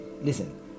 listen